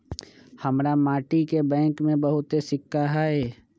हमरा माटि के बैंक में बहुते सिक्का हई